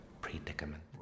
predicament